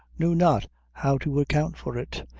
knew not how to account for it,